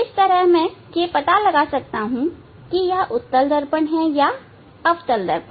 इस तरह मैं यह पता लगा सकता हूं कि यह उत्तल दर्पण है या अवतल दर्पण